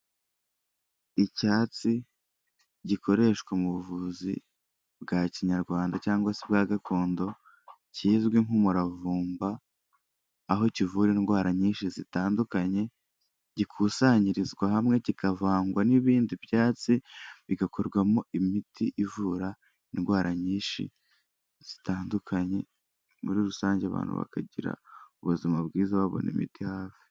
Icyatsi gikoreshwa mu buvuzi bwa Kinyarwanda cyangwag se ubwa gakondo kizwi nk'umuravumba, aho kivura indwara nyinshi zitandukanye, gikusanyirizwa hamwe kikavangwa n'ibindi byatsi bigakorwamo imiti ivura indwara nyinshi zitandukanye, muri rusange abantu bakagira ubuzima bwiza babona imiti hafi.